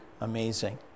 amazing